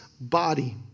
body